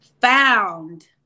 found